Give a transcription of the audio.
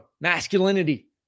masculinity